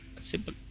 Simple